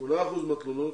8 אחוזים מהתלונות